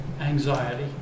anxiety